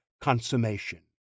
consummation